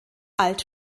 alt